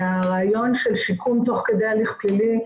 והרעיון של שיקום תוך כדי הליך פלילי,